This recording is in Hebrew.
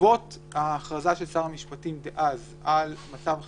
בעקבות ההכרזה של שר המשפטים דאז על מצב חירום,